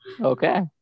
Okay